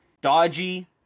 dodgy